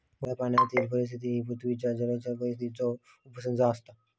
गोड्या पाण्यातीली परिसंस्था ही पृथ्वीच्या जलीय परिसंस्थेचो उपसंच असता